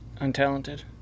Untalented